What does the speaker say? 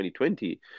2020